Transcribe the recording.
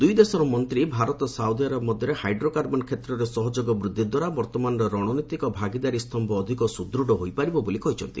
ଦୁଇ ଦେଶର ମନ୍ତ୍ରୀ ଭାରତ ସାଉଦିଆରବ ମଧ୍ୟରେ ହାଇଡ଼ୋ କାର୍ବନ କ୍ଷେତ୍ରରେ ସହଯୋଗ ବୃଦ୍ଧି ଦ୍ୱାରା ବର୍ତ୍ତମାନର ରଣନୀତିକ ଭାଗିଦାରୀ ସ୍ତମ୍ଭ ଅଧିକ ସୁଦୂଢ଼ ହୋଇପାରିବ ବୋଲି କହିଛନ୍ତି